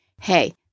hey